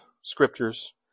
scriptures